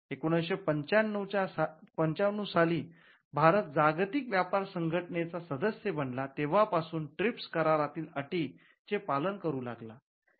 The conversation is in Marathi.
१९९५ साली भारत जागतिक व्यापार संघटनेचा सदस्य बनला तेंव्हा पासून ट्रिप्स करारातील अटी चे पालन करू लागला